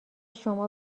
شما